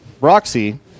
Roxy